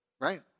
right